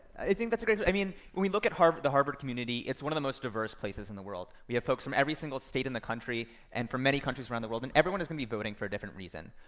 think that's a great, i mean, when we look at the harvard community, it's one of the most diverse places in the world. we have folks from every single state in the country and from many countries around the world, and everyone is gonna be voting for a different reason.